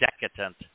decadent